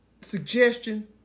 suggestion